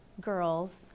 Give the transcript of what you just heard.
girls